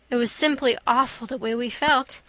it was simply awful the way we felt.